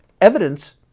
evidence